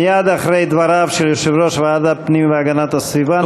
מייד אחרי דבריו של יושב-ראש ועדת הפנים והגנת הסביבה נעבור להצבעה.